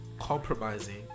Compromising